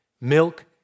Milk